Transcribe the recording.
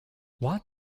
what